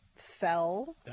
Fell